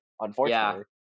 unfortunately